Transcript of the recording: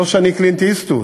לא שאני קלינט איסטווד,